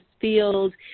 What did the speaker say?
field